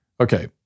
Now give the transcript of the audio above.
Okay